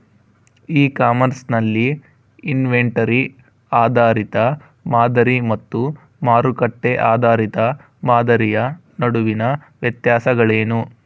E commerce ನಲ್ಲಿ inventory ಆಧಾರಿತ ಮಾದರಿ ಮತ್ತು ಮಾರುಕಟ್ಟೆ ಆಧಾರಿತ ಮಾದರಿಯ ನಡುವಿನ ವ್ಯತ್ಯಾಸಗಳೇನು?